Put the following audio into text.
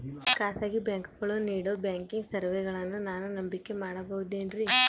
ಖಾಸಗಿ ಬ್ಯಾಂಕುಗಳು ನೇಡೋ ಬ್ಯಾಂಕಿಗ್ ಸರ್ವೇಸಗಳನ್ನು ನಾನು ನಂಬಿಕೆ ಮಾಡಬಹುದೇನ್ರಿ?